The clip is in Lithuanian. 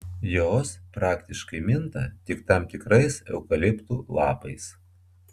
jos praktiškai minta tik tam tikrais eukaliptų lapais